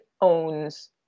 owns